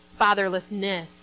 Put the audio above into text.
fatherlessness